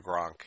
Gronk